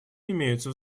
имеются